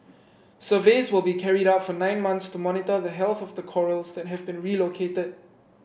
surveys will be carried out for nine months to monitor the health of the corals that have been relocated